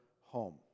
home